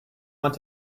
want